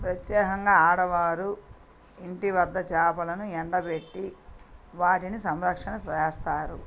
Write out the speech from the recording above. ప్రతేక్యంగా ఆడవారు ఇంటివద్ద చేపలను ఎండబెట్టి వాటిని సంరక్షణ చేస్తారు